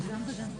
אני לא גננת.